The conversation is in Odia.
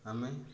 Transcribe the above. ଆମେ